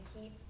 keep